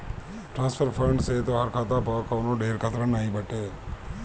transfer fund से तोहार खाता पअ कवनो ढेर खतरा नाइ बाटे